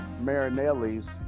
Marinelli's